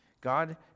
God